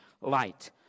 light